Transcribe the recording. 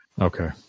Okay